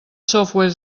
software